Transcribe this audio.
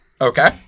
okay